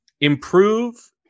improve